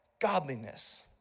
godliness